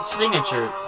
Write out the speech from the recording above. signature